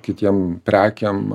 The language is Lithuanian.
kitiem prekėm